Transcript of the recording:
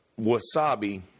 wasabi